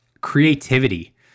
creativity